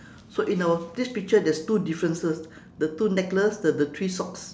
so in our this picture there's two differences the two necklace the the three socks